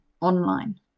online